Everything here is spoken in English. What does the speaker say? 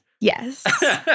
Yes